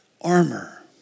armor